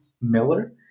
Miller